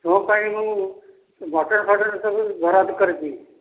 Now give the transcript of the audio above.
ତୋ ପାଇଁ ମୁଁ ମଟର ଫଟର ସବୁ ବରାଦ କରିଛି